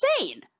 insane